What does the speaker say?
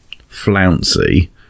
flouncy